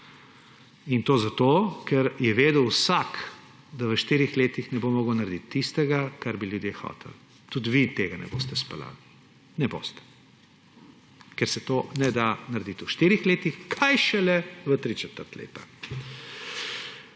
In to zato, ker je vedel vsak, da v štirih letih ne bo mogel narediti tistega, kar bi ljudje hoteli, tudi vi tega ne boste izpeljali, ne boste, ker se tega ne da narediti v štirih letih, kaj šele v tri četrt leta.